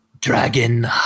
Dragon